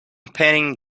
painting